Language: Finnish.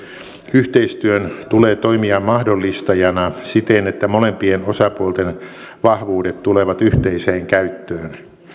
yhteistyön tulee toimia mahdollistajana siten että molempien osapuolten vahvuudet tulevat yhteiseen käyttöön